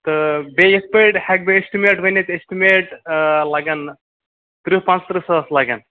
تہٕ بیٚیہِ یِتھٕ پاٹھۍ ہیٚکہٕ بہٕ ایسٹِمیٹ ؤنِتھ ایسٹِمیٹ آ لَگَن ترٕٚہ پٲنٛژھ ترٕٛہ ساس لگن